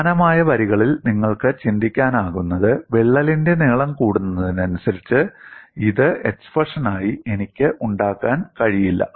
സമാനമായ വരികളിൽ നിങ്ങൾക്ക് ചിന്തിക്കാനാകുന്നത് വിള്ളലിന്റെ നീളം കൂടുന്നതിനനുസരിച്ച് ഇത് എക്സ്പ്രഷനായി എനിക്ക് ഉണ്ടാകാൻ കഴിയില്ല